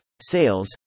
Sales